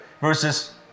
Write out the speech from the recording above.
versus